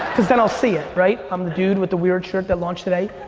cause then i'll see it, right? i'm the dude with the weird shirt that launched today.